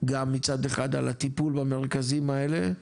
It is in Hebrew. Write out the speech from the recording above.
גם מצד אחד על הטיפול במרכזים האלה,